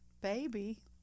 baby